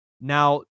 Now